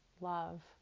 love